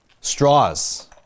Straws